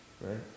right